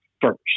first